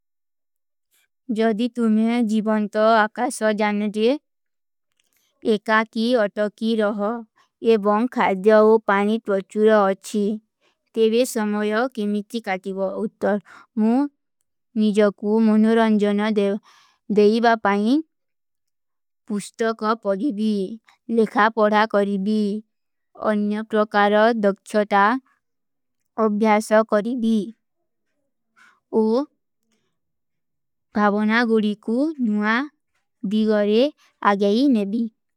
ଜଦୀ ତୁମ୍ହେଂ ଜୀଵନତା ଆକାସା ଜାନେ ଜେ ଏକାକୀ ଅଟକୀ ରହ ଏବାଂଖାଦ୍ଯାଓ ପାନୀ ତ୍ରଚୁର ଅଚ୍ଛୀ, ତେଵେ ସମଯୋ କେମିଚ୍ଚୀ କାଟିବା ଉତ୍ତର ମୁ ନିଜକୂ ମୁନରଂଜନ ଦେଵା ପାଇନ ପୁସ୍ତକ ପଢୀବୀ, ଲେଖା ପଢା କରୀବୀ, ଅନ୍ଯକ୍ରକାର ଦକ୍ଷତା ଅଭ୍ଯାସ କରୀବୀ, ଓ ଭାଵନା ଗୁରିକୂ ନୁଆ ବୀଗରେ ଅଗେଈ ନେବୀ।